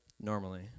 Normally